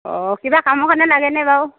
অ কিবা কামৰ কাৰণে লাগেনে বাৰু